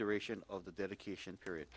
duration of the dedication period